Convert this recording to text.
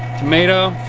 tomato.